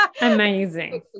Amazing